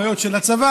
הבעיות של הצבא.